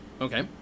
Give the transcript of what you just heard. okay